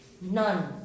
None